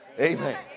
Amen